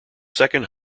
second